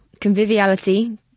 Conviviality